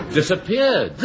disappeared